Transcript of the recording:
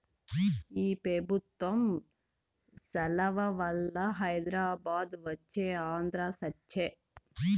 ఈ పెబుత్వం సలవవల్ల హైదరాబాదు వచ్చే ఆంధ్ర సచ్చె